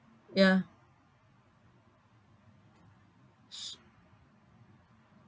ya